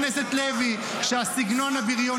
אדוני היושב-ראש.